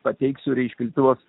pateiksiu reikia duoti